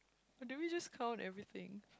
so do we just count everything